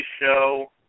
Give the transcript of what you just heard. show